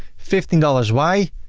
fifteen dollars, why?